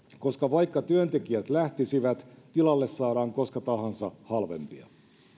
koska vaikka työntekijät lähtisivät tilalle saadaan koska tahansa halvempia